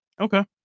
Okay